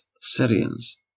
Syrians